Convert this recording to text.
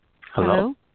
Hello